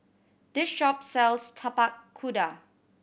this shop sells Tapak Kuda